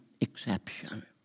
exception